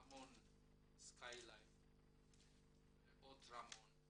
רמון סקיילייט ואות רמון,